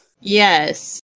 Yes